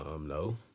no